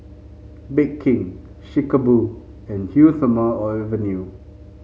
Bake King Chic A Boo and Eau Thermale Avene